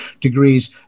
degrees